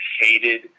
hated